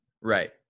Right